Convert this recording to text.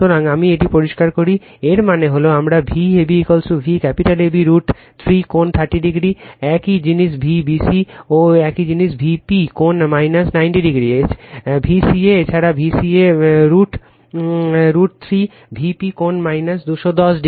সুতরাং আমি এটি পরিষ্কার করি এর মানে হল আমার Vab V ক্যাপিটাল AB √ 3 কোণ 30o একই জিনিস Vbc ও একই জিনিস Vp কোণ 90o Vca এছাড়াও Vca √ 3 Vp কোণ 210o